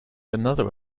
another